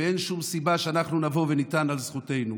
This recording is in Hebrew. ואין שום סיבה שאנחנו נבוא ונטען לזכותנו.